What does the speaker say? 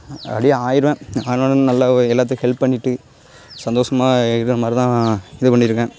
எப்படியும் ஆகிருவேன் அதனால் நல்லா எல்லாத்துக்கும் ஹெல்ப் பண்ணிவிட்டு சந்தோஷமா இருக்கிற மாதிரி தான் இது பண்ணியிருக்கேன்